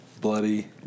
Bloody